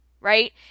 Right